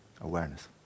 awareness